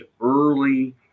early